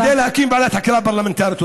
כדי להקים ועדת חקירה פרלמנטרית.